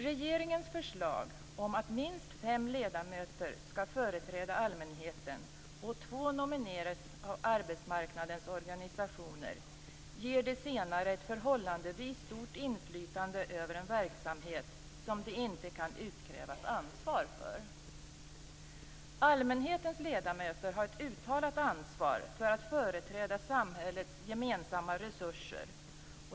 Regeringens förslag om att minst fem ledamöter skall företräda allmänheten och två nomineras av arbetsmarknadens organisationer ger de senare ett förhållandevis stort inflytande över en verksamhet som de inte kan utkrävas ansvar för. Allmänhetens ledamöter har ett uttalat ansvar att företräda samhällets gemensamma resurser.